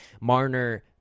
Marner